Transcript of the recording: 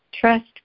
trust